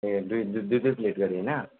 ए दुई दुई दुई दुई प्लेट गरी होइन